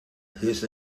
his